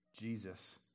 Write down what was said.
Jesus